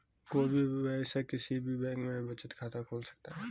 कोई भी वयस्क किसी भी बैंक में बचत खाता खोल सकता हैं